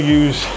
use